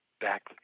back